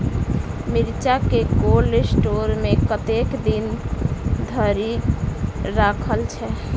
मिर्चा केँ cold store मे कतेक दिन धरि राखल छैय?